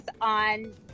on